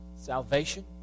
Salvation